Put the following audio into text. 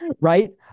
Right